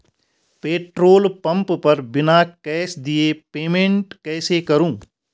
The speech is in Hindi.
पेट्रोल पंप पर बिना कैश दिए पेमेंट कैसे करूँ?